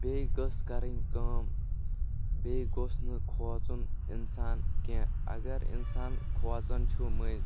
بیٚیہِ گٔژھ کرٕنۍ کأم بیٚیہِ گوٚژھ نہٕ کھوژُن اِنسان کیٚنٛہہ اگر اِنسان کھۄژن چھُ مٔنٛزۍ